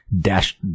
Dash